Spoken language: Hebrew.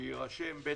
שיירשם.